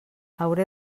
hauré